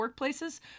workplaces